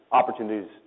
opportunities